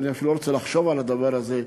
אני אפילו לא רוצה לחשוב על הדבר הזה,